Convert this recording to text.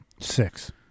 Six